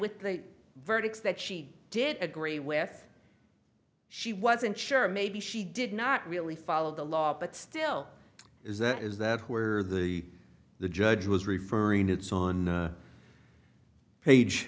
with the verdicts that she did agree with she wasn't sure maybe she did not really follow the law but still is that is that where the the judge was referring it's on page